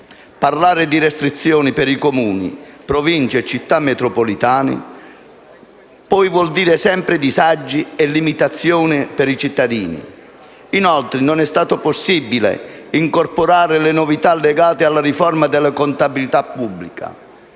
Parlare di restrizioni per Comuni, Province e Città metropolitane poi vuol sempre dire disagi e limitazioni per i cittadini. Inoltre, non è stato possibile incorporare le novità legate alla riforma della contabilità pubblica.